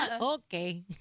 Okay